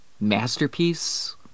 masterpiece